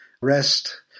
rest